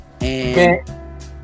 And-